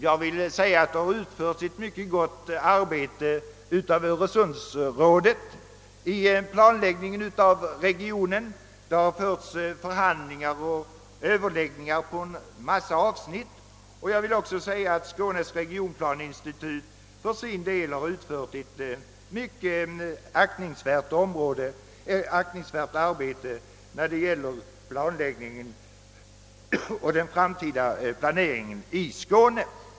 Det har emellertid utförts ett mycket gott arbete i Öresundsrådet vid planläggningen av regionen. Man har fört förhandlingar och haft överläggningar på en mångfald avsnitt. Skånes regionplaneinstitut har för sin del utfört ett mycket aktningsvärt arbete för den framtida planeringen i Skåne.